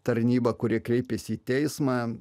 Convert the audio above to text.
tarnybą kurie kreipėsi į teismą